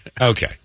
Okay